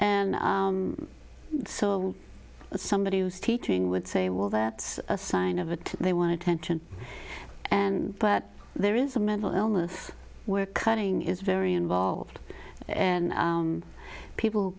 and so somebody was teaching would say well that's a sign of it they wanted tension and but there is a mental illness where cutting is very involved and people